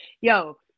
Yo